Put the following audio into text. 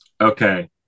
Okay